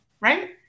Right